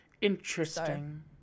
Interesting